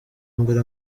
mbere